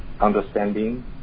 understanding